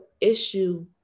issue